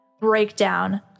breakdown